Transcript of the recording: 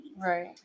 right